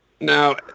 Now